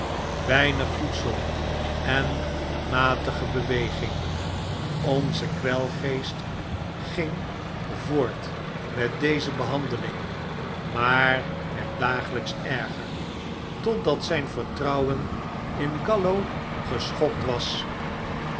weinig voedsel en matige beweging onze kwelgeest ging voort met deze behandeling maar werd dagelyks erger totdat zyn vertrouwen in callow geschokt was